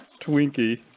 Twinkie